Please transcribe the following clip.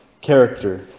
character